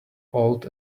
old